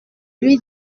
lui